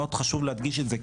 מאוד חשוב להדגיש את זה.